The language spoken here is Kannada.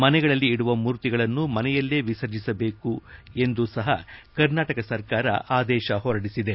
ಮನೆಗಳಲ್ಲಿ ಇದುವ ಮೂರ್ತಿಗಳನ್ನು ಮನೆಯಲ್ಲೇ ವಿರ್ಸಜಿಸಬೇಕು ಎಂದೂ ಸಹ ಕರ್ನಾಟಕ ಸರ್ಕಾರ ಆದೇಶ ಹೊರಡಿಸಿದೆ